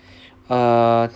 uh